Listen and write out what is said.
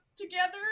together